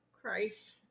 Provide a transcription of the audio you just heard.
christ